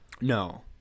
no